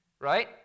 Right